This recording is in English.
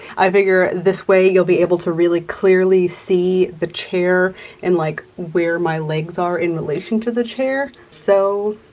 i figure this way, you'll be able to really clearly see the chair and like where my legs are in relation to the chair. so